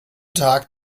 tag